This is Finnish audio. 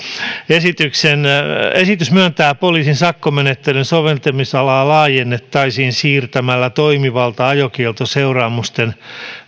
esityksen myötä poliisin sakkomenettelyn soveltamisalaa laajennettaisiin siirtämällä toimivalta ajokieltoseuraamusten